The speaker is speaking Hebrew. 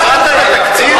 קראת את התקציב?